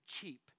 cheap